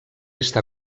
està